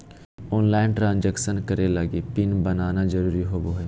online transaction करे लगी PIN बनाना जरुरी होबो हइ